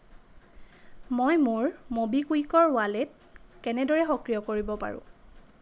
মই মোৰ ম'বিকুইকৰ ৱালেট কেনেদৰে সক্ৰিয় কৰিব পাৰোঁ